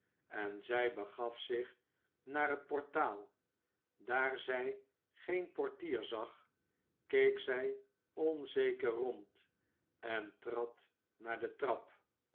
en zij begaf zich naar t portaal daar zij geen portier zag keek zij onzeker rond en trad naar de trap